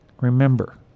remember